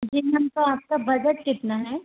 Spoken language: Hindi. जी मैम तो आपका बजट कितना है